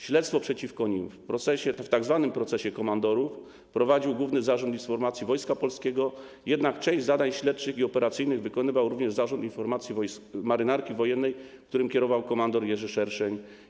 Śledztwo przeciwko nim w tzw. procesie komandorów prowadził Główny Zarząd Informacji Wojska Polskiego, jednak część zadań śledczych i operacyjnych wykonywał również Zarząd Informacji Marynarki Wojennej, którym kierował kmdr Jerzy Szerszeń.